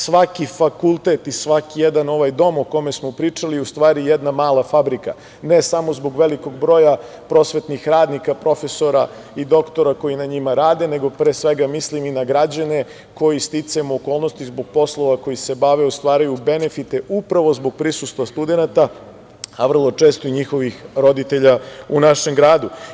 Svaki fakultet i svaki ovaj dom o kome smo pričali je u stvari jedna mala fabrika, ne samo zbog velikog broja prosvetnih radnika, profesora i doktora koji na njima rade, nego pre svega mislim i na građane koje sticajem okolnosti zbog poslova kojima se bave ostvaruju benefite upravo zbog prisustva studenata, a vrlo često i njihovih roditelja u našem gradu.